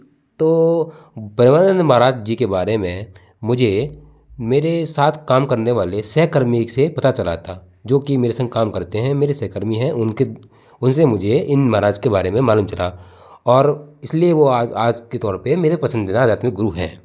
तो प्रेमानन्द महराज जी के बारे में मुझे मेरे सात काम करने वाली सहकर्मी से पता चला था जो की मेरे संग काम करते हैं मेरे सहकर्मी हैं उनसे मुझे इन महराज के बारे में मालूम चला और इसलिए वो आज के तौर पे मेरे पसंदीदा अध्यात्मिक गुरु हैं